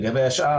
לגבי השאר,